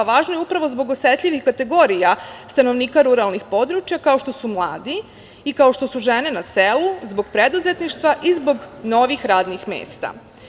Važno je upravo zbog osetljivih kategorija stanovnika ruralnih područaja kao što su mladi i kao što su žene na selu zbog preduzetništva i zbog novih radnih mesta.